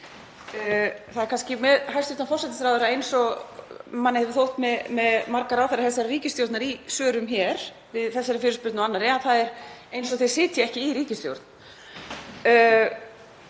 Það er kannski með hæstv. forsætisráðherra eins og manni hefur þótt með marga ráðherra þessarar ríkisstjórnar, í svörum hér við þessari fyrirspurn og annarri, að það er eins og þeir sitji ekki í ríkisstjórn.